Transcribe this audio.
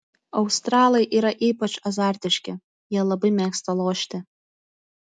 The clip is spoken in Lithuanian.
australai yra ypač azartiški jie labai mėgsta lošti